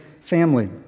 family